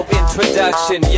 introduction